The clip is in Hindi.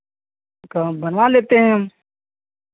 तो हम बनवा लेते हैं हम